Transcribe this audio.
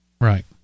Right